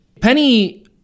Penny